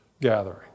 gathering